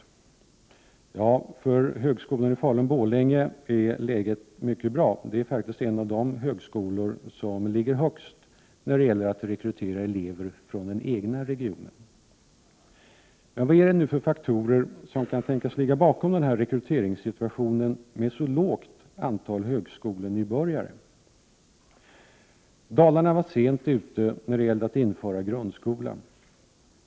Den ser mycket bra ut. Högskolan i Falun/Borlänge är faktiskt en av de regionala högskolor som ligger högst när det gäller att rekrytera elever från den egna regionen. Vilka faktorer kan tänkas ligga bakom den här rekryteringssituationen med ett så lågt antal högskolenybörjare? Dalarna var sent ute när det gällde att införa grundskola.